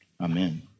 Amen